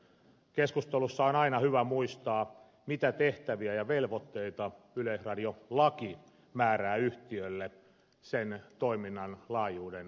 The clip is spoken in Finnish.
keskustelussa on aina hyvä muistaa mitä tehtäviä ja velvoitteita yleisradiolaki määrää yhtiölle sen toiminnan laajuuden mittaamiseen